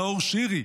נאור שירי,